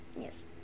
yes